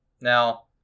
Now